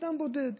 אדם בודד,